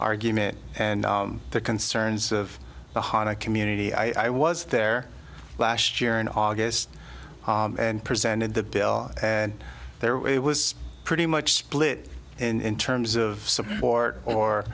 argument and the concerns of the hon a community i was there last year in august and presented the bill and there it was pretty much split in terms of support or